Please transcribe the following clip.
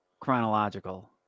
chronological